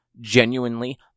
genuinely